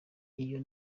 iyo